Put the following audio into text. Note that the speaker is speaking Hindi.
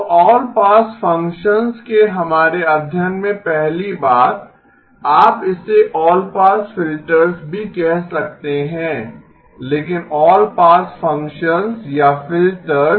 तो ऑल पास फ़ंक्शंस के हमारे अध्ययन में पहली बात आप इसे ऑल पास फिल्टर्स भी कह सकते हैं लेकिन ऑल पास फ़ंक्शंस या फिल्टर्स